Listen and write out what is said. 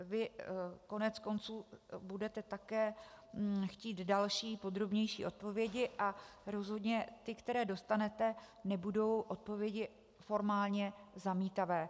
Vy koneckonců budete také chtít další podrobnější odpovědi a rozhodně ty, které dostanete, nebudou odpovědi formálně zamítavé.